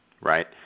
right